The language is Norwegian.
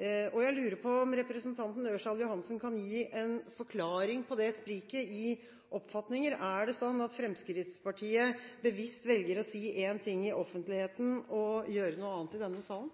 Jeg lurer på om representanten Ørsal Johansen kan gi en forklaring på det spriket i oppfatninger. Er det sånn at Fremskrittspartiet bevisst velger å si én ting i offentligheten og gjøre noe annet i denne salen?